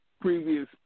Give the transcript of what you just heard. previous